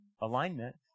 alignment